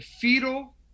fetal